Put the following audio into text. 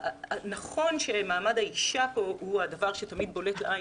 נכון שמעמד האישה פה הוא הדבר שתמיד בולט לעין,